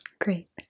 Great